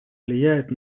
влияет